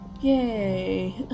Yay